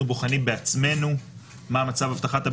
בוחנים בעצמנו מה מצב אבטחת המידע.